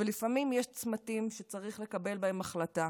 ולפעמים יש צמתים שצריך לקבל בהם החלטה,